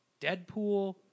Deadpool